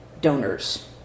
donors